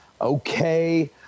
okay